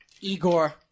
Igor